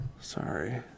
sorry